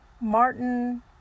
Martin